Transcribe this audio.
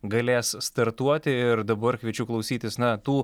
galės startuoti ir dabar kviečiu klausytis na tų